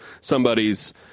somebody's